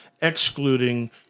excluding